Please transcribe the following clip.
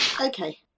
okay